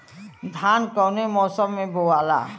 धान कौने मौसम मे बोआला?